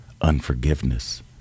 unforgiveness